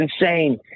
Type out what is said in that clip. insane